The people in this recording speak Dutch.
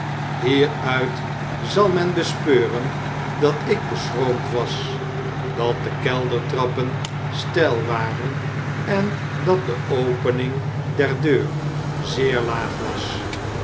hieruit zal men bespeuren dat ik beschroomd was dat de keldertrappen steil waren en dat de opening der deur zeer laag was